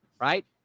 right